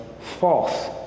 false